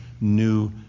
new